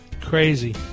Crazy